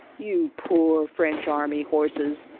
you poor french army horses,